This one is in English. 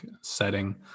setting